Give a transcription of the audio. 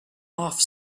off